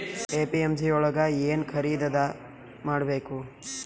APMC ಯೊಳಗ ಏನ್ ಖರೀದಿದ ಮಾಡ್ಬೇಕು?